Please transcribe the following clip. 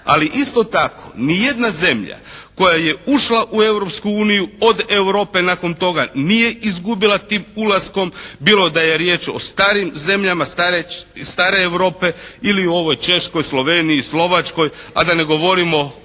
Ali, isto tako ni jedna zemlja koja je ušla u Europsku uniju od Europe nakon toga nije izgubila tim ulaskom, bilo da je riječ o starim zemljama, stare Europe ili o ovoj Češkoj, Sloveniji, Slovačkoj, a da ne govorimo